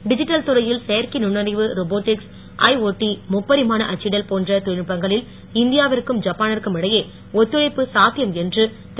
digital துறையில் செயற்கை நுண்ணறிவு ரோபோடிக்ஸ் ஐஓடி முப்பரிமாண அச்சிடல் போன்ற தொழில்நுட்பங்களில் இந்தியா விற்கும் ஜப்பானிற்கும் இடையே ஒத்துழைப்பு சாத்தியம் என்று திரு